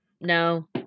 No